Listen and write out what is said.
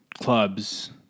clubs